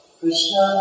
krishna